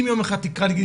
אם יום אחד תקרא לי,